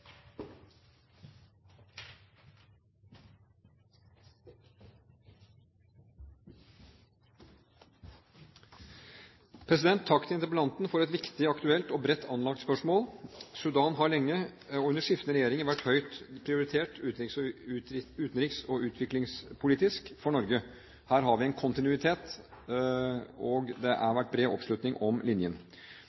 Takk til interpellanten for et viktig, aktuelt og bredt anlagt spørsmål. Sudan har lenge og under skiftende regjeringer vært høyt prioritert utenriks- og utviklingspolitisk for Norge. Her har vi en kontinuitet, og det